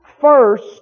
first